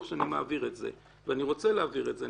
שאני אעביר את זה ואני רוצה להעביר את זה.